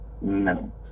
No